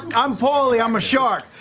i'm paulie, i'm a shark.